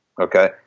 Okay